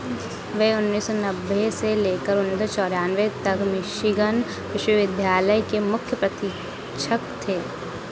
वे उन्नीस सौ नब्बे से लेकर उन्नीस सौ चौरानवे तक मिशिगन विश्वविद्यालय के मुख्य प्रशिक्षक थे